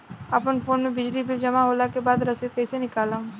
अपना फोन मे बिजली बिल जमा होला के बाद रसीद कैसे निकालम?